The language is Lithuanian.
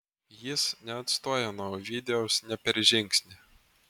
jis neatstojo nuo ovidijaus nė per žingsnį